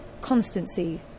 constancy